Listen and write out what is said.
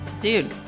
Dude